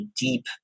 deep